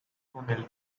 túnel